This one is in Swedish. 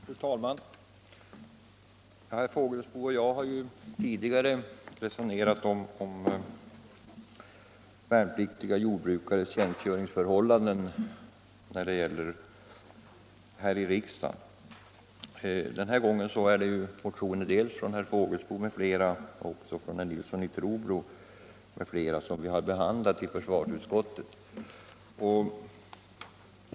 Fru talman! Herr Fågelsbo och jag har här i riksdagen tidigare resonerat om värnpliktiga jordbrukares tjänstgöringsförhållanden. Den här gången är det motioner dels från herr Fågelsbo och fru Göthberg, dels från herr Nilsson i Trobro m.fl. som vi har behandlat i försvarsutskottet.